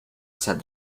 said